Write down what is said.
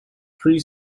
pre